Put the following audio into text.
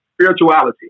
spirituality